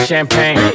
Champagne